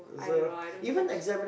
I don't know I don't teach